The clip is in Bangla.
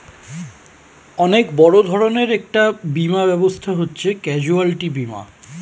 অনেক বড় ধরনের একটা বীমা ব্যবস্থা হচ্ছে ক্যাজুয়ালটি বীমা